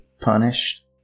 punished